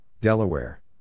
Delaware